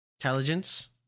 intelligence